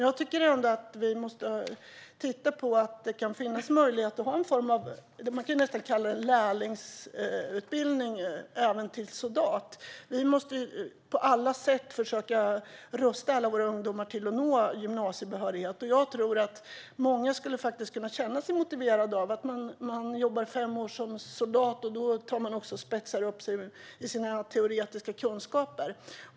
Jag tycker ändå att vi måste titta på att det kan finnas möjlighet att ha en form av lärlingsutbildning, som vi nästan kan kalla det, även till soldat. Vi måste på alla sätt försöka rusta våra ungdomar så att de når gymnasiebehörighet. Jag tror att många faktiskt skulle kunna känna sig motiverade av att jobba fem år som soldat, då de också spetsar sina teoretiska kunskaper.